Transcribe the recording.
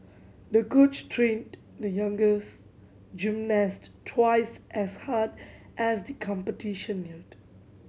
the coach trained the youngest gymnast twice as hard as the competition neared